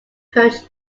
hurt